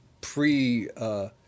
pre